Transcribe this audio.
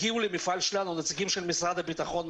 הגיעו למפעל שלנו נציגים של משרד הבטחון,